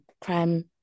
crime